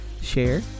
share